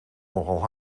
nogal